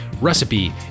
recipe